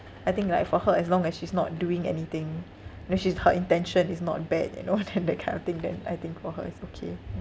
I think like for her as long as she's not doing anything which is her intention is not bad you know then that kind of thing then I think for her is okay yeah